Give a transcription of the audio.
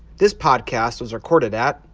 this podcast was recorded at.